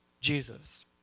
Jesus